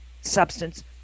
substance